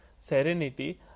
serenity